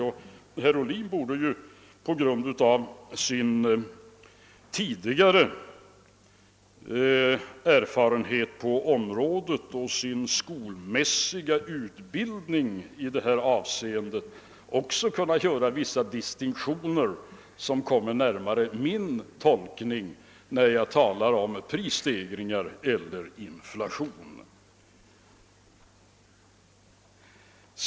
Herr Ohlin borde tack vare sin tidigare erfarenhet på området och sin skolmässiga utbildning i det här avseendet också kunna göra vissa distinktioner som kommer närmare min tolkning när jag talar om prisstegringar eller inflation.